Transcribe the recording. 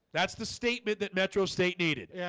that's the statement that metro state needed.